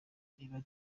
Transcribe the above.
niba